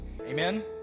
Amen